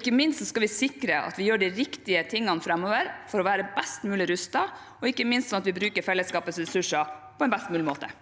Ikke minst skal vi sikre at vi gjør de riktige tingene framover for å være best mulig rustet, og at vi bruker fellesskapets ressurser på en best mulig måte.